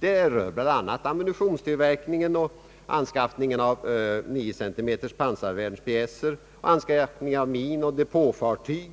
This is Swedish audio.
De rör bl.a. ammunitionstillverkningen, anskaffningen av 9 cm pansarvärnspjäser samt anskaffningen av minoch depåfartyg.